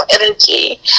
energy